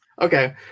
Okay